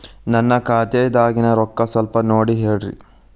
ನನ್ನ ಖಾತೆದಾಗಿನ ರೊಕ್ಕ ಸ್ವಲ್ಪ ನೋಡಿ ಹೇಳ್ರಿ